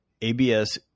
ABS